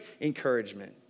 encouragement